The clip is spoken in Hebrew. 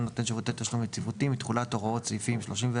נותן שירותי תשלום יציבותי מתחולת הוראות סעיפים 34,